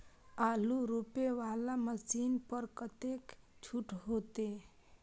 आलू रोपे वाला मशीन पर कतेक छूट होते?